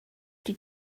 die